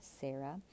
Sarah